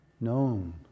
known